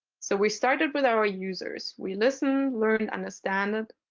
so we started with our users. we listen, learn, understand,